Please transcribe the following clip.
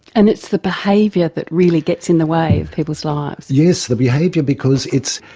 and it's the behaviour that really gets in the way of people's lives. yes, the behaviour because it's,